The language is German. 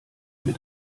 mir